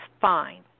fine